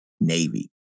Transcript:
Navy